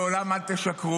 לעולם אל תשקרו,